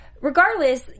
regardless